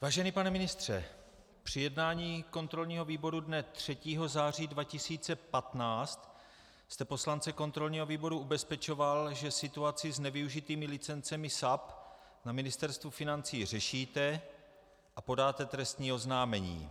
Vážený pane ministře, při jednání kontrolního výboru dne 3. září 2015 jste poslance kontrolního výboru ubezpečoval, že situaci s nevyužitými licencemi SAP na Ministerstvu financí řešíte a podáte trestní oznámení.